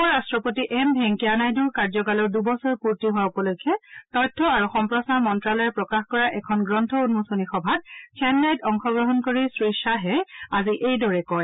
উপ ৰাট্টপতি এম ভেংকায়া নাইডুৰ কাৰ্যকালৰ দুবছৰ পূৰ্তি হোৱা উপলক্ষে তথ্য আৰু সম্প্ৰচাৰ মন্ত্যালয়ে প্ৰকাশ কৰা এখন গ্ৰন্থ উন্মোচনী সভাত চেন্নাইত অংশগ্ৰহণ কৰি শ্ৰীয়াহে আজি এইদৰে কয়